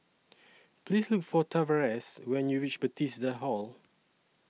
Please Look For Tavares when YOU REACH Bethesda Hall